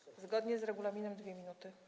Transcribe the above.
Zgodnie z regulaminem - 2 minuty.